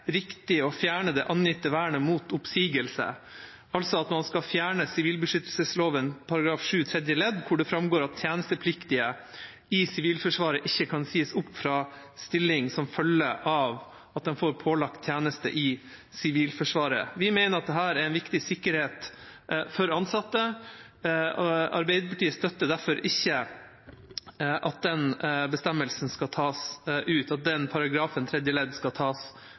riktig å fjerne det angitte vernet mot oppsigelse, altså at man skal fjerne sivilbeskyttelsesloven § 7 tredje ledd, hvor det framgår at tjenestepliktige i Sivilforsvaret ikke kan sies opp fra stilling som følge av at de får pålagt tjeneste i Sivilforsvaret. Vi mener dette er en viktig sikkerhet for ansatte. Arbeiderpartiet støtter derfor ikke at den paragrafens tredje ledd skal tas ut. Det er også sånn at